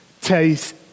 taste